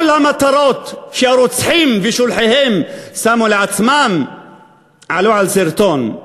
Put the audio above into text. כל המטרות שהרוצחים ושולחיהם שמו לעצמם עלו על שרטון,